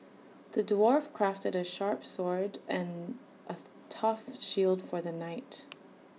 the dwarf crafted A sharp sword and A tough shield for the knight